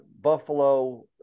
Buffalo